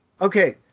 Okay